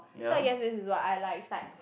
so I guess this is what I like it's like